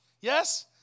Yes